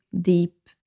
deep